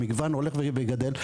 המגוון הולך וגדל,